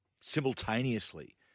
Simultaneously